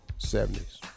70s